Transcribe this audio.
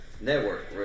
network